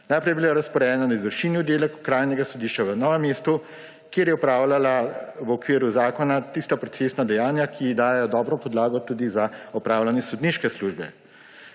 Najprej je bila razporejena na Izvršilni oddelek Okrajnega sodišča v Novem mestu, kjer je opravljala v okviru zakona tista procesna dejanja, ki ji dajejo dobro podlago tudi za opravljanje sodniške službe.